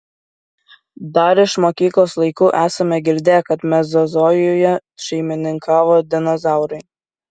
dar iš mokyklos laikų esame girdėję kad mezozojuje šeimininkavo dinozaurai